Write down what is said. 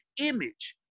image